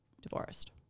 divorced